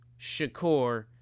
Shakur